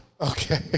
Okay